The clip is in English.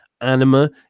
anima